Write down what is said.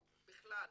בכלל.